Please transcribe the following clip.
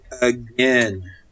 again